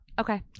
Okay